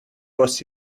was